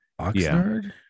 Oxnard